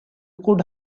could